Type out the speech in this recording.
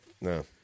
No